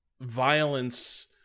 violence